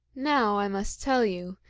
now, i must tell you,